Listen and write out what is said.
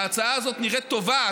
ההצעה הזאת נראית טובה,